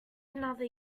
another